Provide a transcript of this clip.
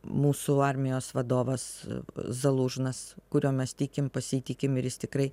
mūsų armijos vadovas zalužnas kuriuo mes tikim pasitikim ir jis tikrai